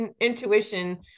intuition